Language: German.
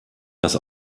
dass